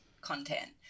content